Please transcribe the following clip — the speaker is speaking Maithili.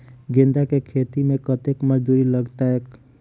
गेंदा केँ खेती मे कतेक मजदूरी लगतैक?